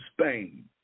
Spain